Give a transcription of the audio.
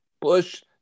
Bush